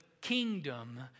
kingdom